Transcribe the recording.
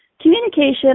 communication